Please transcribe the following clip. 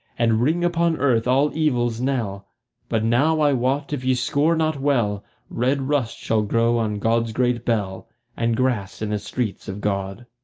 and ring upon earth all evil's knell but now i wot if ye scour not well red rust shall grow on god's great bell and grass in the streets of god.